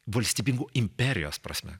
valstybingu imperijos prasme